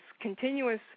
continuous